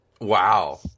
wow